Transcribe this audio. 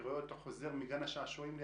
חוזר בריצה מגן השעשועים.